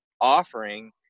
offering